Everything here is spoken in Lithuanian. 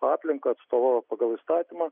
aplinką atstovauja pagal įstatymą